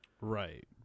right